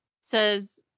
says